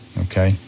Okay